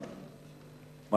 דלק, צריך לנסוע.